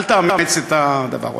אל תאמץ את הדבר ההוא.